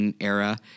era